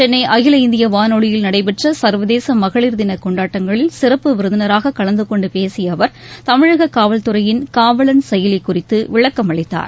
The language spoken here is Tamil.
சென்னை அகில இந்திய வானொலியில் நடைபெற்ற சர்வதேச மகளிர் தின கொண்டாட்டங்களில் சிறப்பு விருந்தினராக கலந்தகொண்டு பேசிய அவர் தமிழக காவல்துறையின் காவலன் செயலி குறித்து விளக்கம் அளித்தார்